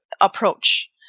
approach